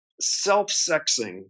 self-sexing